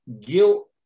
guilt